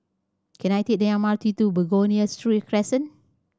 can I take the M R T to Begonia Street Crescent